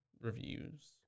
reviews